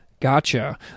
gotcha